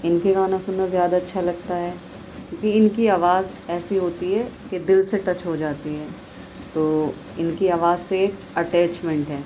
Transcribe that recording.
ان کے گانا سننا زیادہ اچھا لگتا ہے کیونکہ ان کی آواز ایسی ہوتی ہے کہ دل سے ٹچ ہو جاتی ہے تو ان کی آواز سے ایک اٹیچمنٹ ہے